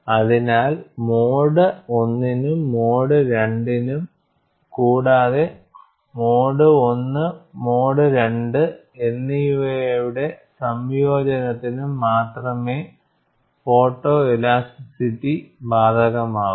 അതിനാൽ mode I നും mode II നും കൂടാതെ മോഡ് I മോഡ് II എന്നിവയുടെ സംയോജനത്തിന്നും മാത്രമേ ഫോട്ടോലാസ്റ്റിറ്റി ബാധകമാകൂ